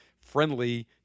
friendly